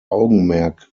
augenmerk